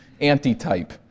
Antitype